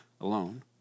alone